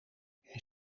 een